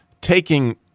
taking